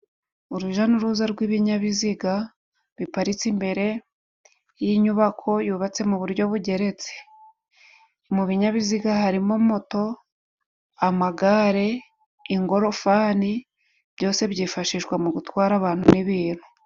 Uruja n'uruza rw'ibinyabiziga biparitse imbere y'inyubako yubatse mu buryo bugeretse. Mu binyabiziga harimo moto, amagare, ingorofani byose byifashishwa mu gutwara abantu n'ibintu.